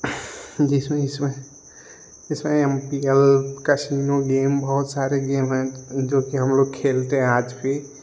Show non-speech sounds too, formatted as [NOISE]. जिसमें जिसमें जिसमें हम [UNINTELLIGIBLE] कैसीनो गेम बहुत सारे गेम हैं जो कि हम खेलते हैं आज भी